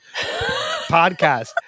podcast